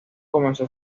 comenzó